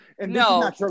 No